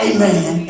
Amen